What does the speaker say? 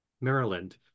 Maryland